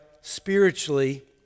spiritually